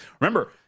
Remember